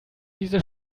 diese